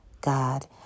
God